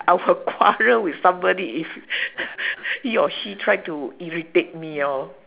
I will quarrel with somebody if he or she try to irritate me lor